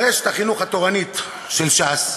ברשת החינוך התורנית של ש"ס,